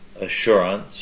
assurance